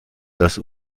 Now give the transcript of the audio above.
das